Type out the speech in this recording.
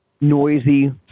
noisy